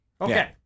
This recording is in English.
Okay